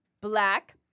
black